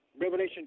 Revelation